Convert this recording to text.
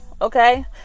Okay